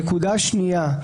נקודה שנייה.